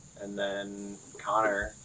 and then connor,